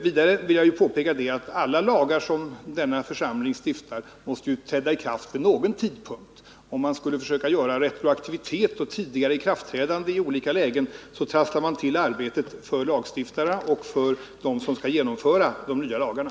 Vidare vill jag påpeka att alla lagar som denna församling stiftar måste ju träda i kraft vid någon tidpunkt. Om man skulle försöka genomföra retroaktivitet och tidigare ikraftträdande i olika lägen, så skulle man trassla till arbetet för lagstiftarna och för dem som skall genomföra de nya lagarna.